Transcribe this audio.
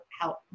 help